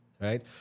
Right